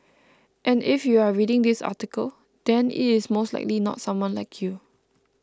and if you are reading this article then it is most likely not someone like you